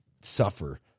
suffer